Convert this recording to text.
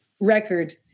record